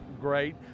great